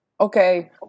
Okay